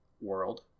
world